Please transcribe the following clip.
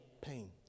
pain